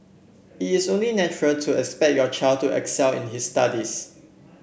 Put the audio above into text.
it is only natural to expect your child to excel in his studies